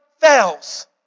fails